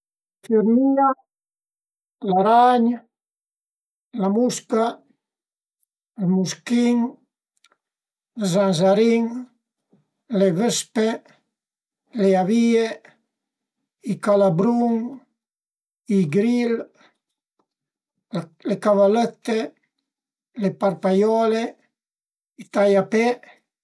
Fürmìa, l'aragn, la musca, ël muschin, zanzarin, le vëspe, le avìe, i calabrun, i gril, le cavalëtte, le parpaiole, i taiape